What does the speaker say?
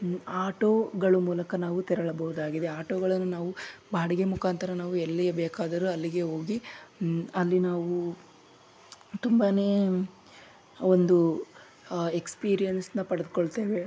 ಆಟೋಗಳು ಮೂಲಕ ನಾವು ತೆರಳಬೋದಾಗಿದೆ ಆಟೋಗಳನ್ನು ನಾವು ಬಾಡಿಗೆ ಮುಖಾಂತರ ನಾವು ಎಲ್ಲಿಗೆ ಬೇಕಾದರೂ ಅಲ್ಲಿಗೆ ಹೋಗಿ ಅಲ್ಲಿ ನಾವು ತುಂಬಾ ಒಂದು ಎಕ್ಸ್ಪೀರಿಯೆನ್ಸನ್ನ ಪಡೆದ್ಕೊಳ್ತೇವೆ